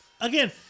Again